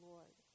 Lord